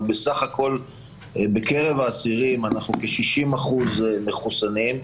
אבל בסך הכל בקרב האסירים אנחנו ב-60% מחוסנים,